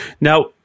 now